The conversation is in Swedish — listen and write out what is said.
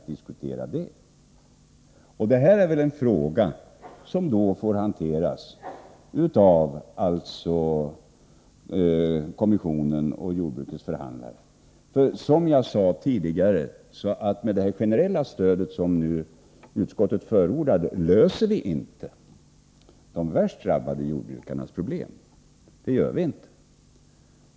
Det här är väl en fråga som får hanteras av kommissionen och jordbrukets förhandlare. Som jag sade tidigare löser man nämligen inte med det generella stöd som utskottet nu förordar de värst drabbade jordbrukarnas problem.